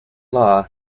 law